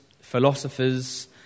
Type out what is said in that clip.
philosophers